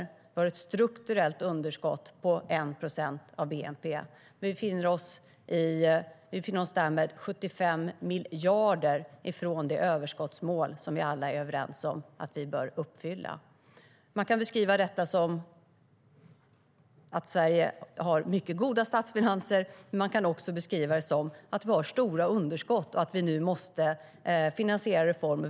Vi har ett strukturellt underskott på 1 procent av bnp. Vi befinner oss därmed 75 miljarder från det överskottsmål som vi alla är överens om att vi bör uppfylla. Man kan beskriva detta som att Sverige har mycket goda statsfinanser, men man kan också beskriva det som att vi har stora underskott och att vi nu måste finansiera reformer.